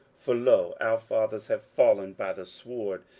for, lo, our fathers have fallen by the sword,